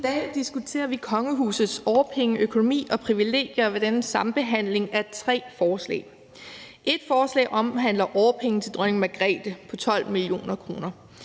I dag diskuterer vi kongehusets årpenge, økonomi og privilegier ved denne sambehandling af tre forslag. Et forslag omhandler årpenge til dronning Margrethe på 12 mio. kr.